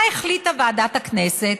מה החליטה ועדת הכנסת?